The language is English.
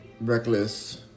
reckless